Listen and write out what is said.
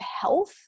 health